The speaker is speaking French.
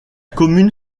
commune